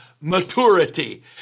maturity